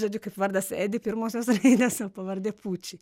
žodžiu kaip vardas edi pirmosios raidės pavardė puči